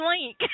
link